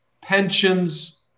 pensions